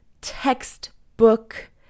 textbook